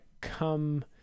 come